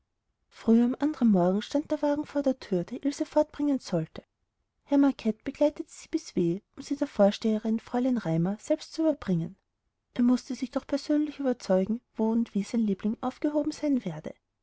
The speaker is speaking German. früh am andern morgen stand der wagen vor der thür der ilse fortbringen sollte herr macket begleitete sie bis w um sie der vorsteherin fräulein raimar selbst zu überbringen er mußte sich doch persönlich überzeugen wo und wie sein liebling aufgehoben sein werde